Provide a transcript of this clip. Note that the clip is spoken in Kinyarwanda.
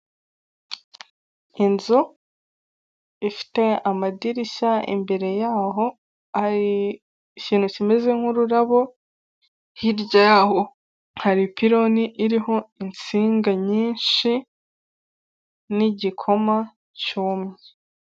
Ahangaha biragaragara ko ushobora gutunga apurikasiyo ya ekwiti banki muri telefoni, maze ukajya uyifashisha mu bikorwa ushaka gukoresha konti yawe haba kohereza amafaranga, kubitsa, kubikuza n'ibindi.